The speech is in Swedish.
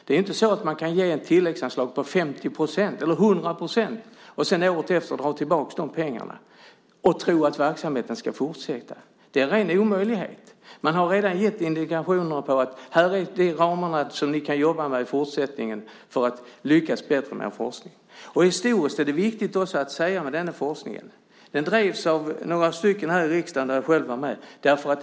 Det är inte så att man kan ge ett tilläggsanslag på 50 % eller 100 % och sedan året därpå dra tillbaka de pengarna och tro att verksamheten ska fortsätta. Det är en ren omöjlighet. Man har redan gett indikationer: Här är de ramar ni kan jobba med i fortsättningen för att lyckas bättre med er forskning. Historiskt är det också viktigt med denna forskning. Den frågan drevs av några här i riksdagen, och jag var själv med bland dem.